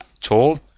tall